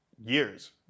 years